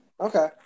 Okay